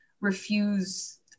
refuse